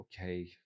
okay